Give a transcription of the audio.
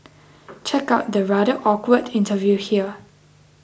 check out the rather awkward interview here